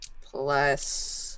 plus